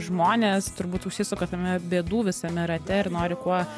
žmonės turbūt užsisuka tame bėdų visame rate ir nori kuo